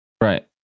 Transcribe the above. right